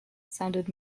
sounded